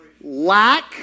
Lack